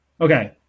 Okay